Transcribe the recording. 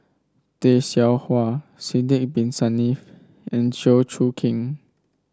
Tay Seow Huah Sidek Bin Saniff and Chew Choo Keng